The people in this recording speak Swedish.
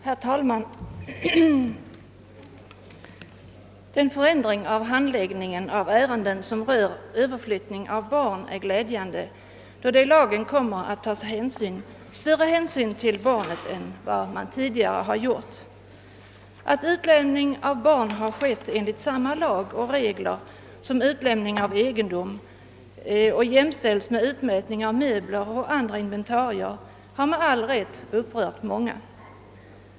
Herr talman! Den föreslagna förändringen av handläggningen av ärenden som rör överflyttning av barn är glädjande, då det i lagen kommer att tas större hänsyn till barnet än vad som tidigare varit fallet. Att utlämning av barn skett enligt samma lag och regler som utlämning av egendom och alltså jämställts med utmätning av möbler och andra inventarier har med all rätt upprört många.